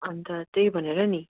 अन्त त्यही भनेर नि